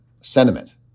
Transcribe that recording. sentiment